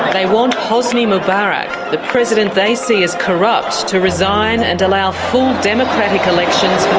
they want hosni mubarak, the president they see as corrupt, to resign and allow full democratic elections for